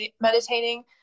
meditating